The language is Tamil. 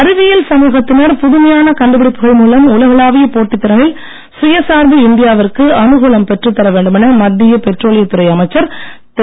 அறிவியல் சமூகத்தினர் புதுமையான கண்டுபிடிப்புகள் மூலம் உலகளாவிய போட்டித் திறனில் சுயசார்பு இந்தியாவிற்கு அனுகூலம் பெற்றுத் தர வேண்டுமென மத்திய பெட்ரோலியத் துறை அமைச்சர் திரு